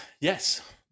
yes